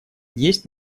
есть